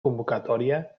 convocatòria